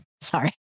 Sorry